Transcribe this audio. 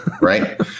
right